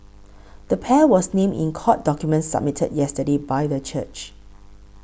the pair were named in court documents submitted yesterday by the church